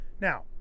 Now